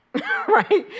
right